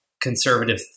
conservative